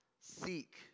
Seek